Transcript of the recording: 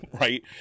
right